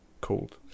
called